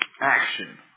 action